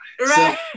Right